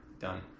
done